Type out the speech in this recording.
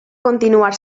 continuar